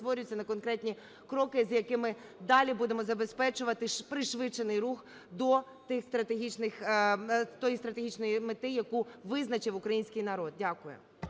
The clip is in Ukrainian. перетворяться на конкретні кроки, з якими далі ми будемо забезпечувати пришвидшений рух до тієї стратегічної мети, яку визначив український народ.